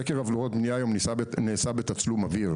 היום סקר עבירות בנייה נעשה בתצלום אוויר,